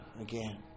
again